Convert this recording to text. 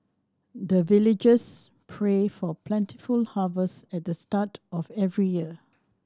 the villagers pray for plentiful harvest at the start of every year